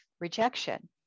rejection